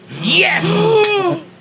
Yes